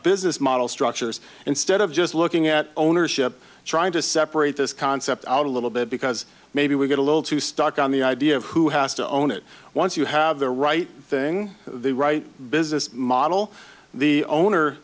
business model structures instead of just looking at ownership trying to separate this concept out a little bit because maybe we get a little too stuck on the idea of who has to own it once you have the right thing the right business model the owner